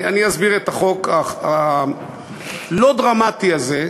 אני אסביר את החוק הלא-דרמטי הזה,